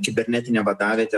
kibernetinė vadavietė